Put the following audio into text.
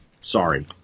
Sorry